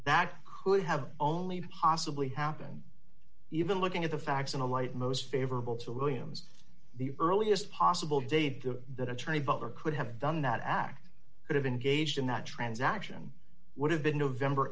that could have only possibly happen even looking at the facts in the light most favorable to williams the earliest possible date that that attorney butler could have done that act could have engaged in that transaction would have been november